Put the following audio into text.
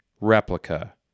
replica